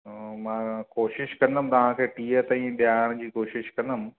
मां कोशिशि कंदुमि तव्हांखे टीह ताईं ॾियारण जी कोशिशि कंदुमि